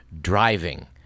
driving